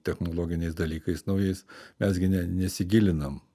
technologiniais dalykais naujais mes gi ne nesigilinam